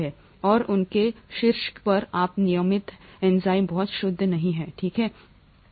और उसके शीर्ष पर आप नियमित हैं एंजाइम बहुत शुद्ध नहीं हैं ठीक है